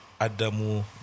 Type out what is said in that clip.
Adamu